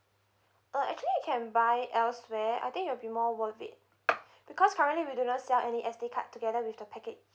uh actually you can buy elsewhere I think will be more worth it because currently we do not sell any S_D card together with the package